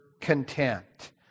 content